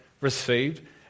received